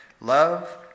Love